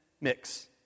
mix